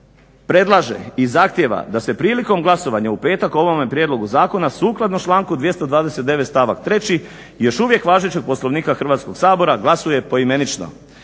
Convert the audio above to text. predlaže i zahtijeva da se prilikom glasovanja u petak o ovome prijedlogu zakona sukladno članku 229. stavak 3. još uvijek važećeg Poslovnika Hrvatskog sabora glasuje poimenično